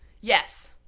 Yes